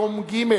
יום ג',